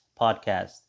podcast